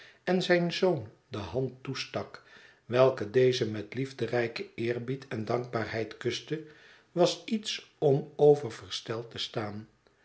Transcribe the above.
en zijn zoon de hand toestak welke deze met liefderijken eerbied en dankbaarheid kuste was iets om over versteld te staan